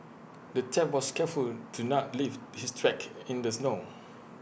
the thief was careful to not leave his tracks in the snow